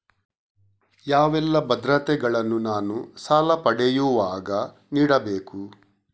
ಯಾವೆಲ್ಲ ಭದ್ರತೆಗಳನ್ನು ನಾನು ಸಾಲ ಪಡೆಯುವಾಗ ನೀಡಬೇಕು?